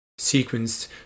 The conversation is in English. sequenced